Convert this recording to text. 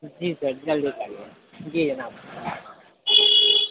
جی sir جلد جی جناب